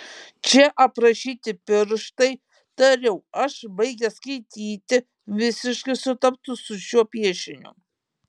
čia aprašyti pirštai tariau aš baigęs skaityti visiškai sutaptų su šiuo piešiniu